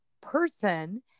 person